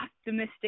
optimistic